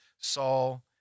Saul